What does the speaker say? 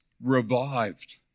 revived